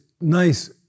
nice